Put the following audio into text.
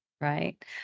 right